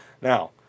Now